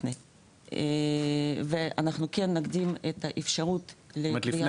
כן נקדים את האפשרות --- את אומרת לפני